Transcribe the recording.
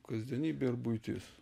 kasdienybė ir buitis